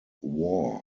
war